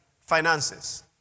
finances